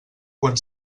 quan